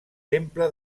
temple